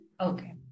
Okay